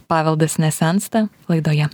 paveldas nesensta laidoje